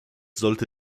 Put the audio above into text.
sollte